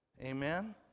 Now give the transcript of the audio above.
Amen